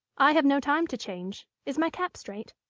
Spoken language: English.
i have no time to change. is my cap straight?